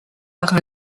par